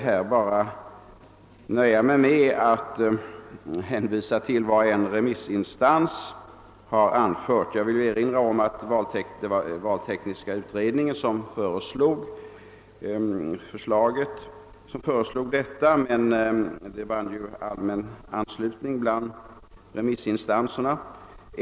Jag nöjer mig här med att hänvisa till vad en remissinstans har anfört. Det var valtekniska utredningen som föreslog denna konstruktion, som vann allmän anslutning bland remissinstanserna.